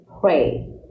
pray